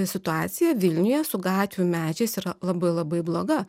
situacija vilniuje su gatvių medžiais yra labai labai bloga